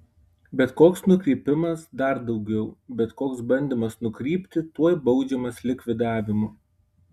bet koks nukrypimas dar daugiau bet koks bandymas nukrypti tuoj baudžiamas likvidavimu